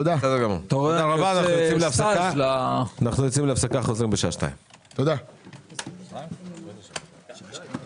תודה רבה, נחזור בשעה 14:00. הישיבה